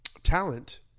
talent